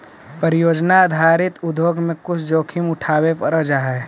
परियोजना आधारित उद्योग में कुछ जोखिम उठावे पड़ जा हई